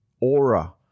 aura